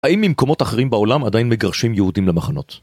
האם ממקומות אחרים בעולם עדיין מגרשים יהודים למחנות?